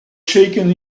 shaken